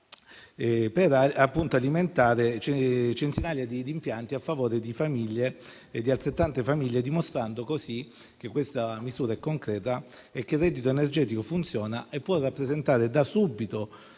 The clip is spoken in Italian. per alimentare centinaia di impianti a favore di altrettante famiglie, dimostrando così che questa misura era concreta e che il reddito energetico funzionava e poteva rappresentare da subito,